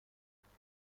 چیکار